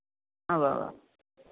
ഉവ്വവ്വ്